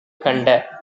கண்ட